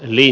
yli